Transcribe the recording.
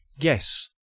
Yes